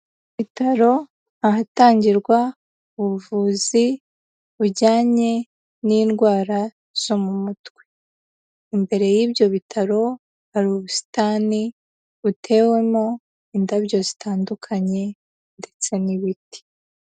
Ibitaro ahatangirwa ubuvuzi bujyanye n'indwara zo mu mutwe, imbere y'ibyo bitaro hari ubusitani butewemo indabyo zitandukanye ndetse n'ibiti.